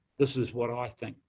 this is what i think.